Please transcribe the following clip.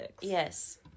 Yes